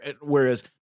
whereas